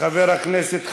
חבר הכנסת חזן,